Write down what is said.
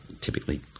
typically